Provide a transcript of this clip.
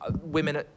women